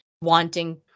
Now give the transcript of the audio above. wanting